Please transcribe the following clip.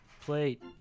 plate